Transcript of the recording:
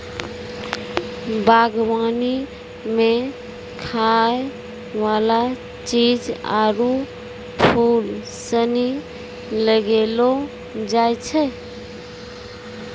बागवानी मे खाय वाला चीज आरु फूल सनी लगैलो जाय छै